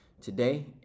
today